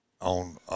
on